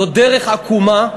זאת דרך עקומה,